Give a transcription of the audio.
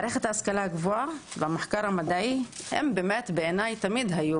מערכת ההשכלה הגבוהה והמחקר המדעי הם באמת בעיניי תמיד היו